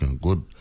good